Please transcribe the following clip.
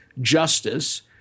justice